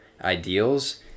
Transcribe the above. ideals